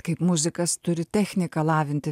kaip muzikas turi techniką lavinti